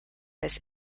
this